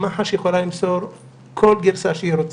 מח"ש יכולה למסור כל גרסה שהיא רוצה,